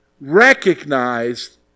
recognized